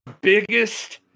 biggest